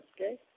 Okay